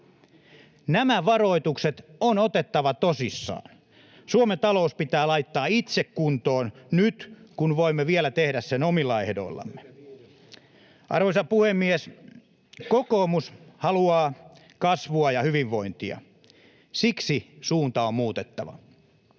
Nämä varoitukset on otettava tosissaan. Suomen talous pitää laittaa itse kuntoon nyt, kun voimme vielä tehdä sen omilla ehdoillamme. Arvoisa puhemies! Kokoomus haluaa kasvua ja hyvinvointia. Siksi suunta on muutettava.